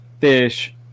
fish